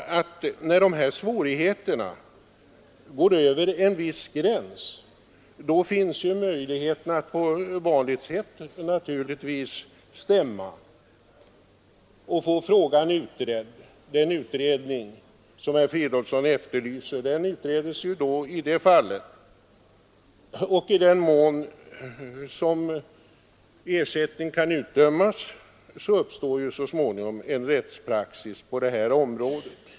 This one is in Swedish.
När dessa svårigheter går över en viss gräns finns det naturligtvis möjlighet att på vanligt sätt stämma och på så vis få frågan utredd. Den utredning som herr Fridolfsson efterlyser får man då. I den mån ersättning utdöms uppstår så småningom en rättspraxis på detta område.